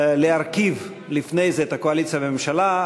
להרכיב לפני זה את הקואליציה ואת הממשלה.